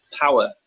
power